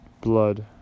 blood